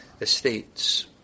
estates